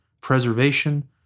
preservation